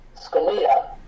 Scalia